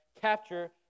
capture